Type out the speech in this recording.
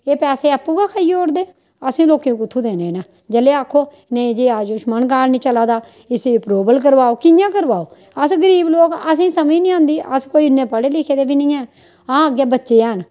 ओह् पैसे आपूं गै खाई ओड़दे न असें लोकें गी कुत्थूं देने इन्ने जिसलै आखो अजें आयुषमान कार्ड निं चला दे इसी अपरूवल कराओ कि'यां करवाओ अस गरीब लोक असेंगी समझ निं औंदी अस कोई इन्ने पढे लिखे दे बी निं आं हां बच्चे पढे़ दे हैन